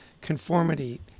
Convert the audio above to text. conformity